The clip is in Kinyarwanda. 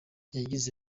yagize